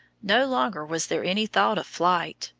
no longer was there any thought of flight,